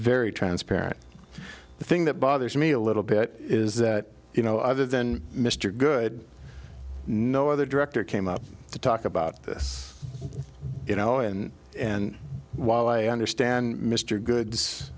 very transparent the thing that bothers me a little bit is that you know other than mr good no other director came up to talk about this you know and and while i understand mr